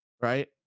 Right